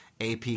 AP